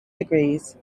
degrees